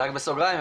רק בסוגריים,